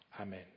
Amen